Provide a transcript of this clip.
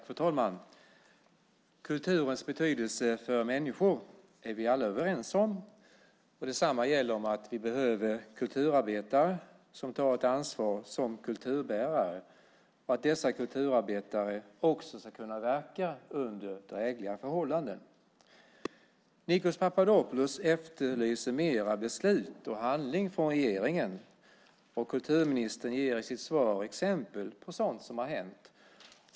Fru talman! Kulturens betydelse för människor är vi alla överens om. Detsamma gäller att vi behöver kulturarbetare som tar ett ansvar som kulturbärare och att dessa kulturarbetare också ska kunna verka under drägliga förhållanden. Nikos Papadopoulos efterlyser mer beslut och handling från regeringen. Kulturministern ger i sitt svar exempel på sådant som har hänt.